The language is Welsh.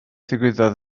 ddigwyddodd